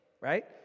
right